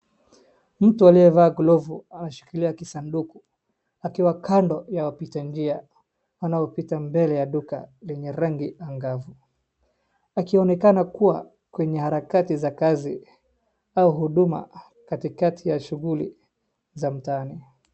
Mtu aliyevaa glovu anashikilia kisanduku akiwa kando ya wapita njia wanaopita mbele ya duka lenye rangi angavu. Akionekana kuwa kwenye harakati za kazi au huduma katikati ya shughuli za mtaani.